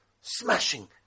Smashing